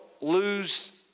lose